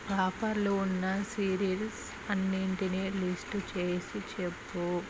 ఆఫర్లు ఉన్న సిరీల్స్ అన్నింటిని లిస్టు చేసి చెప్పు